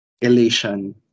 elation